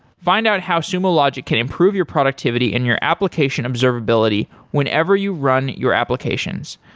find out how sumo logic can improve your productivity and your application observability whenever you run your applications.